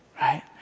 right